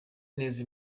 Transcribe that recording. neza